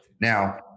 Now